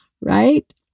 right